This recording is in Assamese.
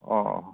অঁ